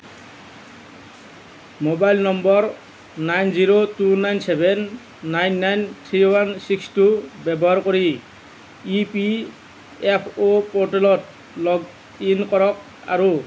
mobile number nine zero two nine seven nine nine three one six two ব্যৱহাৰ কৰি E P F O প'ৰ্টেলত log in কৰক আৰু